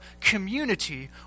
community